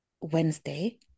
Wednesday